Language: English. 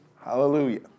Hallelujah